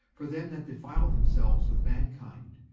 for them that defile themselves with mankind,